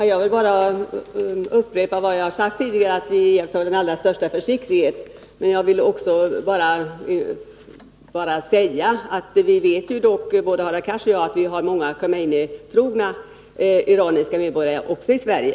Herr talman! Jag vill bara upprepa vad jag har sagt tidigare, nämligen att vi iakttar den allra största försiktighet. Men jag vill också säga att både Hadar Cars och jag vet att vi dessutom har många Khomeinitrogna iranska medborgare i Sverige.